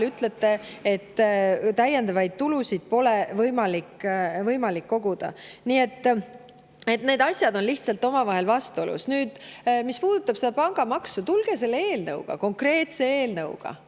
ütlete, et täiendavaid tulusid pole võimalik koguda. Nii et need asjad on lihtsalt omavahel vastuolus. Nüüd, mis puudutab seda pangamaksu – tulge selle eelnõuga, konkreetse eelnõuga!